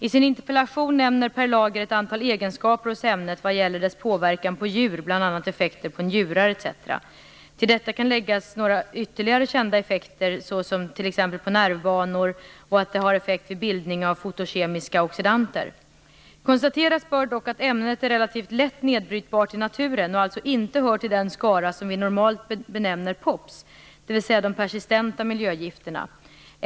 I sin interpellation nämner Per Lager ett antal egenskaper hos ämnet vad gäller dess påverkan på djur, bl.a. effekter på njurar etc. Till detta kan läggas några ytterligare kända effekter såsom effekten på nervbanor, och att det har effekt vid bildning av fotokemiska oxidanter. Konstateras bör dock att ämnet är relativt lätt nedbrytbart i naturen och alltså inte hör till den skara som vi normalt benämner POP:er, dvs. de persistenta miljögifterna.